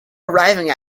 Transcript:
arriving